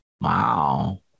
Wow